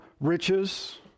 riches